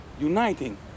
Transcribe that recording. uniting